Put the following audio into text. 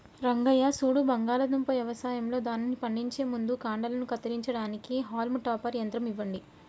రంగయ్య సూడు బంగాళాదుంప యవసాయంలో దానిని పండించే ముందు కాండలను కత్తిరించడానికి హాల్మ్ టాపర్ యంత్రం ఇవ్వండి